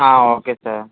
okay sir